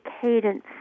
cadence